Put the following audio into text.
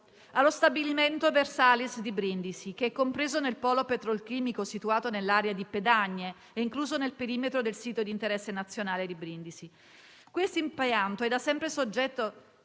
lo stabilimento Versalis di Brindisi, compreso nel polo petrolchimico situato nell'area di Pedagne e incluso nel perimetro del sito di interesse nazionale di Brindisi. Questo impianto è da sempre soggetto